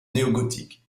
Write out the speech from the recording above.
néogothique